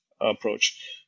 approach